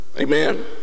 amen